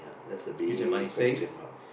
that's the big question mark